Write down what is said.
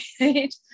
right